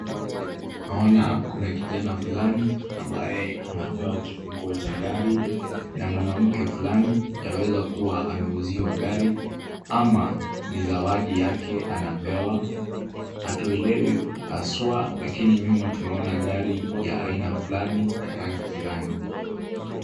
Naona kuna kijana fulani ambaye anapewa ufunguo wa gari na mwanamke fulani, yaweza kuwa ameuziwa gari ama ni zawadi yake anapewa, hatuelewi haswa lakini nyuma tunaona gari ya aina fulani ya rangi fulani.